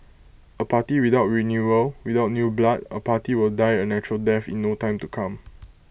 A party without renewal without new blood A party will die A natural death in no time to come